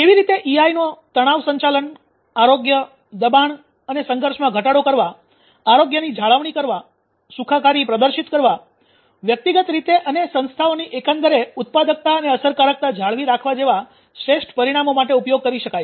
કેવી રીતે ઇઆઈ નો તણાવ સંચાલન આરોગ્ય દબાણ અને સંઘર્ષમાં ઘટાડો કરવા આરોગ્યની જાળવણી કરવા સુખાકારી પ્રદર્શિત કરવા વ્યક્તિગત રીતે અને સંસ્થાઓની એકંદરે ઉત્પાદકતા અને અસરકારકતા જાળવી રાખવા જેવા શ્રેષ્ઠ પરિણામો માટે ઉપયોગ કરી શકાય છે